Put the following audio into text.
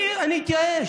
אני אתייאש,